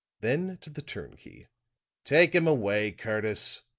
then to the turnkey take him away, curtis.